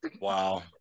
Wow